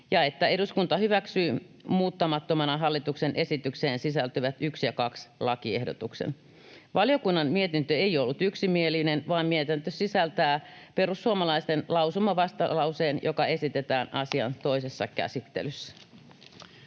ja että eduskunta hyväksyy muuttamattomana hallituksen esitykseen sisältyvät 1. ja 2. lakiehdotuksen. Valiokunnan mietintö ei ollut yksimielinen, vaan mietintö sisältää perussuomalaisten lausumavastalauseen, joka esitetään asian toisessa käsittelyssä.